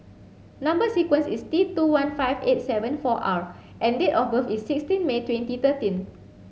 number sequence is T two one five eight three seven four R and date of birth is sixteen May twenty thirteen